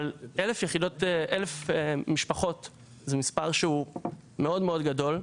אבל 1,000 משפחות זה מספר שהוא מאוד מאוד גדול.